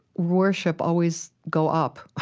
worship always go up?